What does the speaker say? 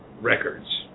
records